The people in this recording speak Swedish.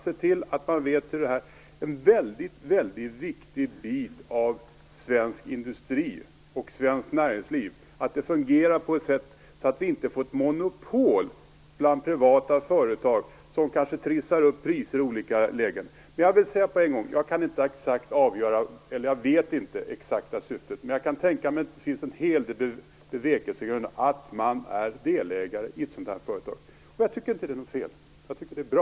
Det är en mycket viktig bit av svensk industri och svenskt näringsliv att det fungerar på ett sådant sätt att vi inte får ett monopol bland privata företag som kanske trissar upp priser i olika lägen. Jag vet alltså inte exakt vilket syftet är, men jag kan tänka mig att det finns en hel del bevekelsegrunder för att staten är delägare i ett sådant här företag. Jag tycker inte att det är något fel, utan det är bra.